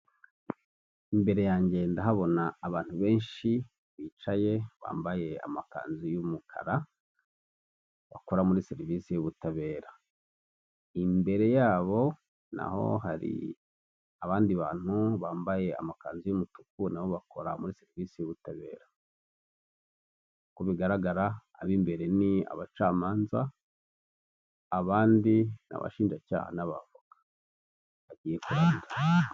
Imbere yanjye ndahabona abantu benshi bicaye bambaye amakanzu y'umukara bakora muri serivisi y'ubutabera, imbere yabo naho hari abandi bantu bambaye amakanzu y'umutuku nabo bakora muri serivisi y'ubutabera, uko bigaragara abari imbere n’ abacamanza abandi abashinjacyaha n'abavoka bagiye kurahira.